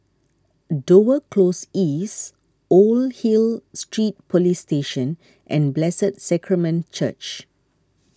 Dover Close East Old Hill Street Police Station and Blessed Sacrament Church